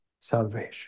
salvation